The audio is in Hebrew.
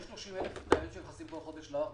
יש 30,000 תיירים שנכנסים כל חודש לארץ,